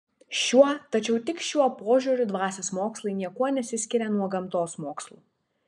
šiuo tačiau tik šiuo požiūriu dvasios mokslai niekuo nesiskiria nuo gamtos mokslų